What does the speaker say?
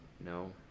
No